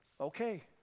okay